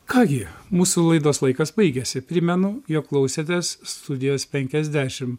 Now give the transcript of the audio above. ką gi mūsų laidos laikas baigėsi primenu jog klausėtės studijos penkiasdešim